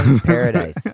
paradise